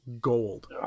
gold